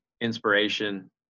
inspiration